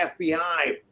FBI